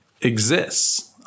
exists